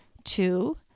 two